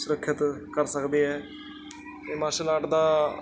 ਸੁਰੱਖਿਅਤ ਕਰ ਸਕਦੇ ਹੈ ਇਹ ਮਾਰਸ਼ਲ ਆਰਟ ਦਾ